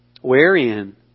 Wherein